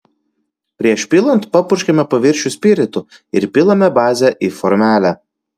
prieš pilant papurškiame paviršių spiritu ir pilame bazę į formelę